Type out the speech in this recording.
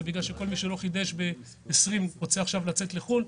זה בגלל שכל מי שלא חידש ב-2020 רוצה עכשיו לצאת לחו"ל,